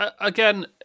again